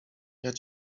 jak